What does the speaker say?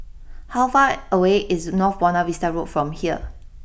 how far away is North Buona Vista Road from here